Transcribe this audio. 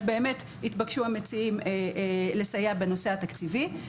אז באמת התבקשו המציעים לסייע בנושא התקציבי.